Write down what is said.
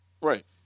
Right